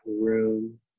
room